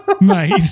Mate